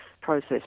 process